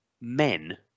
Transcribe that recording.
men